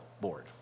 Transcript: board